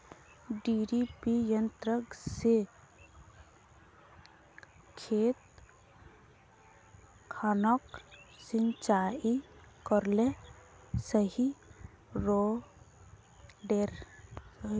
डिरिपयंऋ से खेत खानोक सिंचाई करले सही रोडेर?